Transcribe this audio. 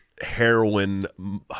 heroin